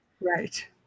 Right